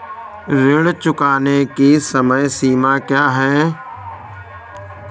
ऋण चुकाने की समय सीमा क्या है?